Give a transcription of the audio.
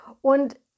und